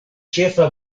ĉefa